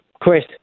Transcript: Chris